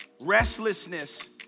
Restlessness